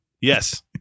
Yes